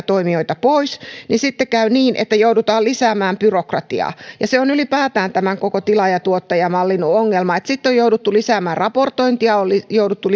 toimijoita pois niin sitten käy niin että joudutaan lisäämään byrokratiaa ja se on ylipäätään tämän koko tilaaja tuottaja mallin ongelma on jouduttu lisäämään raportointia on jouduttu